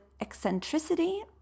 eccentricity